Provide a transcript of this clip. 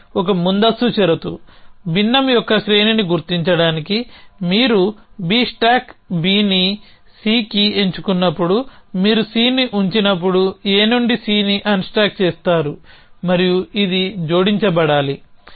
ఇది ఒక ముందస్తు షరతు భిన్నం యొక్క శ్రేణిని గుర్తించడానికి మీరు B స్టాక్ Bని Cకి ఎంచుకున్నప్పుడు మీరు Cని ఉంచినప్పుడు A నుండి Cని అన్స్టాక్ చేస్తారు మరియు ఇది జోడించబడాలి